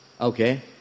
Okay